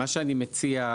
מה שאני מציע,